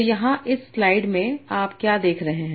तो यहाँ इस स्लाइड में आप क्या देख रहे हैं